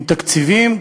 עם תקציבים,